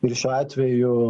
ir šiuo atveju